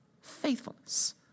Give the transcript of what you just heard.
faithfulness